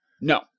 No